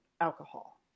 alcohol